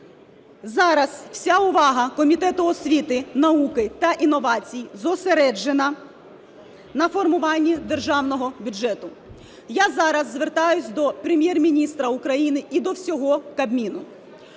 Зараз вся увага Комітету освіти, науки та інновацій зосереджена на формуванні Державного бюджету. Я зараз звертаюсь до Прем'єр-міністра України і до всього Кабміну.